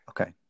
okay